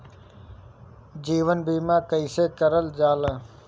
जीवन बीमा कईसे करल जाला?